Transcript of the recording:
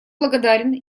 благодарен